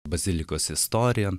bazilikos istoriją